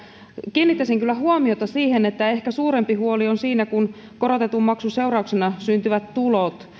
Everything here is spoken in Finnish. kiinnittäisin kyllä huomiota siihen että ehkä suurempi huoli on siinä kun korotetun maksun seurauksena syntyvät tulot